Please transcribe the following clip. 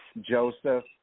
Joseph